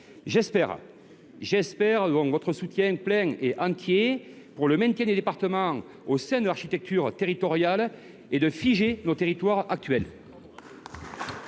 J’espère votre soutien plein et entier au maintien des départements au sein de l’architecture territoriale, afin de « figer » les territoires actuels.